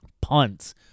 Punts